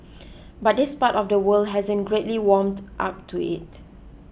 but this part of the world hasn't greatly warmed up to it